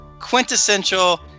quintessential